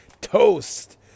toast